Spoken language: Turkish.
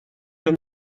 plan